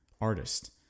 artist